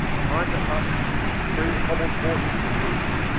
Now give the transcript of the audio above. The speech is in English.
behind the huts three hobbled horses were feeding,